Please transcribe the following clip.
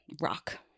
rock